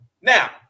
Now